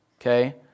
okay